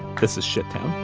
this is shittown